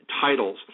titles